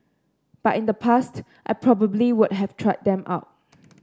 but in the past I probably would have tried them out